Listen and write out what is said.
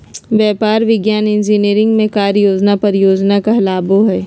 व्यापार, विज्ञान, इंजीनियरिंग में कार्य योजना परियोजना कहलाबो हइ